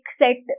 set